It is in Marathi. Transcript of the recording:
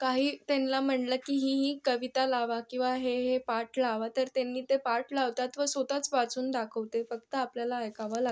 काही त्यांला म्हटलं की ही ही कविता लावा किंवा हे हे पाठ लावा तर त्यांनी ते पाठ लावतात व स्वतःच वाचून दाखवते फक्त आपल्याला ऐकावं लागतं